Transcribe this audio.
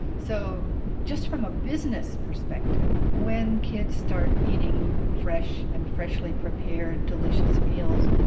so just from a business perspective, when kids start eating fresh and freshly prepared delicious meals,